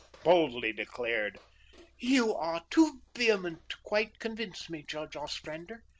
boldly declared you are too vehement to quite convince me, judge ostrander.